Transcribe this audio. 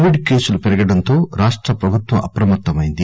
Covid కేసులు పెరగడంతో రాష్ట ప్రభుత్వం అప్రమత్తమైంది